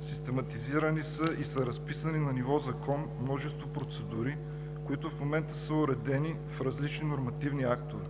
систематизирани са и са разписани на ниво закон множество процедури, които в момента са уредени в различни нормативни актове.